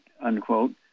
unquote